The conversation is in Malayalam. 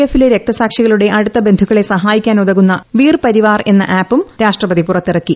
എഫിലെ രക്തസാക്ഷികളുടെ അടുത്ത ബന്ധുക്കളെ സഹായിക്കാനുതകുന്ന വീർ പരിവാർ എന്ന ആപ്പും രാഷ്ട്രപതി പുറത്തിറക്കി